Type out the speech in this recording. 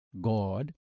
God